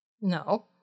No